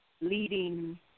leading